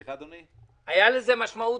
כן,